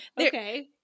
Okay